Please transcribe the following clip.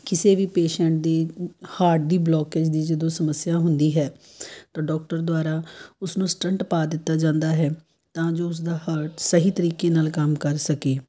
ਕਿਸੇ ਵੀ ਪੇਸ਼ੈਂਟ ਦੀ ਹਾਰਟ ਦੀ ਬਲੋਕੇਜ ਦੀ ਜਦੋਂ ਸਮੱਸਿਆ ਹੁੰਦੀ ਹੈ ਤਾਂ ਡੋਕਟਰ ਦੁਆਰਾ ਉਸਨੂੰ ਸਟੰਟ ਪਾ ਦਿੱਤਾ ਜਾਂਦਾ ਹੈ ਤਾਂ ਜੋ ਉਸਦਾ ਹਾਰਟ ਸਹੀ ਤਰੀਕੇ ਨਾਲ ਕੰਮ ਕਰ ਸਕੇ